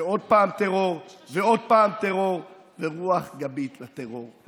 ועוד פעם טרור, ועוד פעם טרור ורוח גבית לטרור.